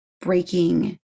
breaking